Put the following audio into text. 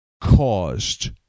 caused